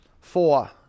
four